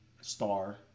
Star